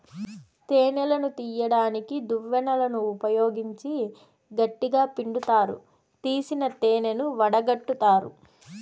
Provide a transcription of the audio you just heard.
తేనెను తీయడానికి దువ్వెనలను ఉపయోగించి గట్టిగ పిండుతారు, తీసిన తేనెను వడగట్టుతారు